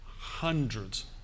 hundreds